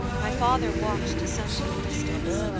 my father walked to some little distance,